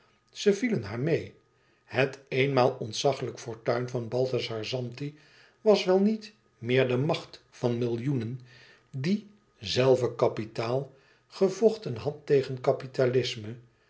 ze vielen haar meê het eenmaal ontzaglijke fortuin van balthazar zanti was wel niet meer de macht van millioenen die zelve kapitaal gevochten had tegen